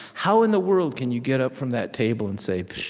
how in the world can you get up from that table and say, pssh,